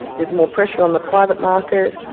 is more pressure on the private market,